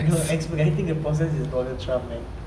no expediting the process is donald trump man